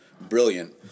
brilliant